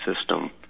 system